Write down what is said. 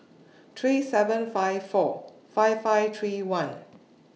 three seven five four five five three one